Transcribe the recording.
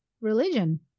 religion